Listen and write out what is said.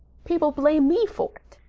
people blame me for it.